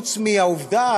חוץ מהעובדה